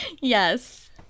Yes